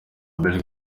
bill